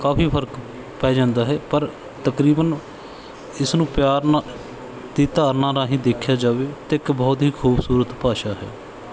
ਕਾਫੀ ਫਰਕ ਪੈ ਜਾਂਦਾ ਹੈ ਪਰ ਤਕਰੀਬਨ ਇਸ ਨੂੰ ਪਿਆਰ ਨਾਲ ਦੀ ਧਾਰਨਾ ਰਾਹੀਂ ਦੇਖਿਆ ਜਾਵੇ ਤਾਂ ਇੱਕ ਬਹੁਤ ਹੀ ਖੂਬਸੂਰਤ ਭਾਸ਼ਾ ਹੈ